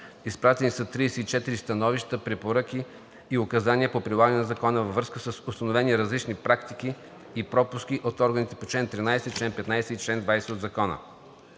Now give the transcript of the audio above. Изпратени са 34 становища, препоръки и указания по прилагане на Закона във връзка с установени различни практики и пропуски от органите по чл. 13, чл. 15 и по чл. 20 от Закона,